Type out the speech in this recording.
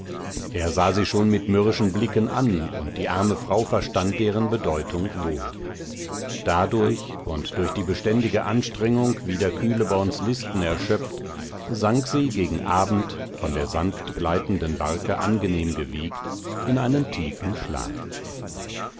er sah sie schon mit mürrischen blicken an und die arme frau verstand deren bedeutung wohl dadurch und durch die beständige anstrengung wider kühleborns listen erschöpft sank sie gegen abend von der sanftgleitenden barke angenehm gewiegt in einen tiefen schlaf